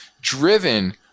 driven